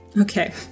okay